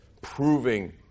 proving